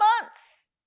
months